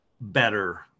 better